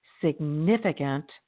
significant